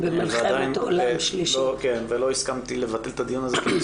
ולא הסכמתי לבטל את הדיון הזה כי רציתי